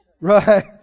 right